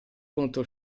contro